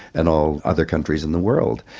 and all other countries in the world.